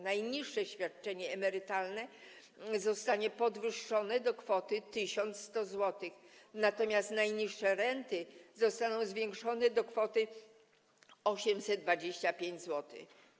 Najniższe świadczenie emerytalne zostanie podwyższone do kwoty 1100 zł, natomiast najniższe renty zostaną zwiększone do kwoty 825 zł.